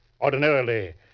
Ordinarily